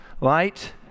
light